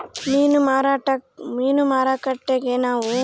ಮೀನು ಮಾರುಕಟ್ಟೆಗ ನಾವು ನೊಡರ್ಲಾದ ಮೀನುಗಳು ನೋಡಕ ಸಿಕ್ತವಾ